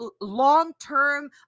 long-term